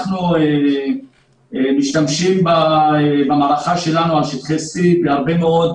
אנחנו משתמשים במערכה שלנו על שטחי C בהרבה מאוד